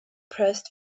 pressed